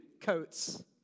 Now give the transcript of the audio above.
coats